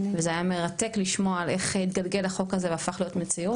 וזה היה מרתק לשמוע על איך התגלגל החוק הזה והפך למציאות.